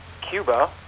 Cuba